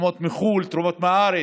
תרומות מחו"ל ותרומות מהארץ,